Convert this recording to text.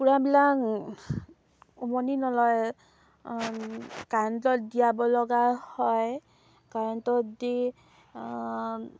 কুকুৰাবিলাক উমনি নলয় কাৰেণ্টত দিয়াব লগা হয় কাৰেণ্টত দি